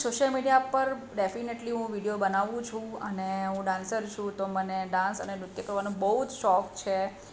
social media પર definitely હું video બનાવું છું અને હું ડાન્સર છું તો મને ડાન્સ અને નૃત્ય કરવાનો બહુ જ શોખ છે